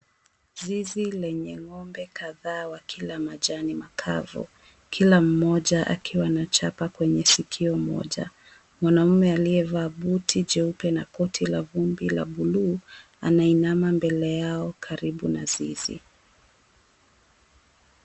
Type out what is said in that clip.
Zizi lenye ng'ombe kadhaa wakila majani makavu kila mmoja akiwa na chapa kwenye sikio moja. Mwanaume aliyevaa buti jeupe na koti la vumbi la buluu anainama mbele yao karibu na zizi.